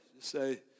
say